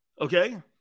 Okay